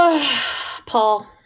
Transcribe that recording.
Paul